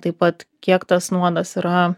taip pat kiek tas nuodas yra